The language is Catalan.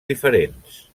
diferents